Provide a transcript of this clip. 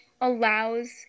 allows